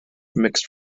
mixed